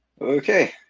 Okay